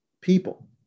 people